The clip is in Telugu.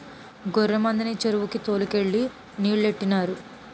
గొర్రె మందని చెరువుకి తోలు కెళ్ళి నీలెట్టినారు